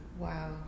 Wow